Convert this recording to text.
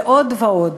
ועוד ועוד.